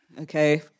Okay